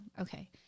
Okay